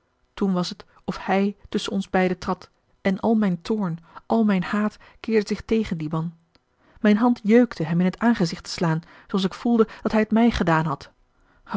toen was t of hij tusschen ons beiden trad en al mijn toorn al mijn haat keerde zich tegen dien man mijn hand jeukte hem in t aangezicht te slaan zooals ik voelde dat hij t mij gedaan had